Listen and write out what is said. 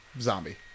zombie